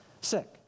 sick